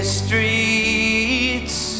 streets